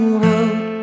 road